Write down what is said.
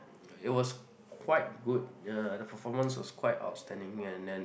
it was quite good uh the performance was quite outstanding and and